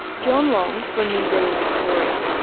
john long from museum victoria.